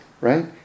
right